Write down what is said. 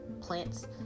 plants